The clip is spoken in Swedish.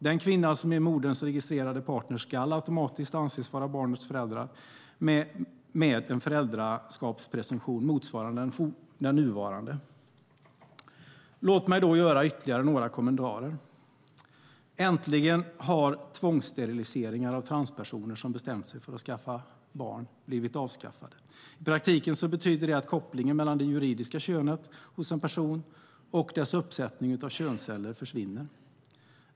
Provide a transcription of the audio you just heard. Den kvinna som är moderns registrerade partner ska automatiskt anses vara barnets förälder, en föräldraskapspresumtion motsvarande den nuvarande faderskapspresumtionen". Låt mig göra ytterligare några kommentarer. Äntligen har tvångssteriliseringar av transpersoner som bestämt sig för att skaffa barn blivit avskaffade. I praktiken betyder det att kopplingen mellan det juridiska könet hos en person och personens uppsättning av könsceller försvinner.